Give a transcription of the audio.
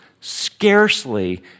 Scarcely